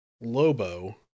Lobo